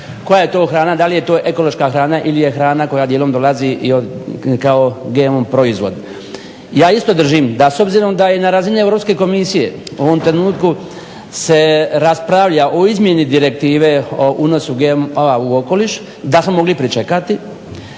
koja je to hrana, da li je to ekološka hrana ili je hrana koja dijelom dolazi i kao GMO proizvod. Ja isto držim da s obzirom na razini Europske komisije u ovom trenutku se raspravlja o izmjeni Direktive o unosu GMO-a u okoliš da smo mogli pričekati,